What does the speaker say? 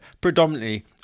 predominantly